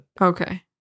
Okay